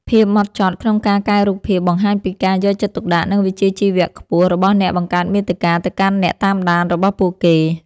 ភាពម៉ត់ចត់ក្នុងការកែរូបភាពបង្ហាញពីការយកចិត្តទុកដាក់ និងវិជ្ជាជីវៈខ្ពស់របស់អ្នកបង្កើតមាតិកាទៅកាន់អ្នកតាមដានរបស់ពួកគេ។